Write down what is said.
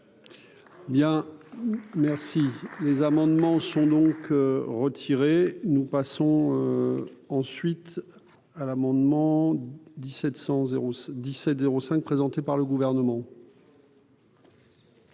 Bien, merci les amendements sont donc retirés, nous passons, ensuite à l'amendement 1700 0 17 05 présenté par le gouvernement.